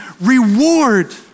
reward